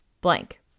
blank